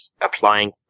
applying